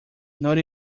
not